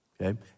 Okay